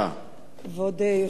כבוד היושב-ראש,